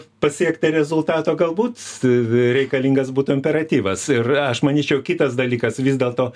pasiekti rezultato galbūt reikalingas būtų imperatyvas ir aš manyčiau kitas dalykas vis dėlto